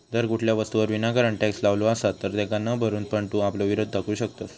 जर कुठल्या वस्तूवर विनाकारण टॅक्स लावलो असात तर तेका न भरून पण तू आपलो विरोध दाखवू शकतंस